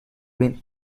been